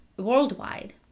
worldwide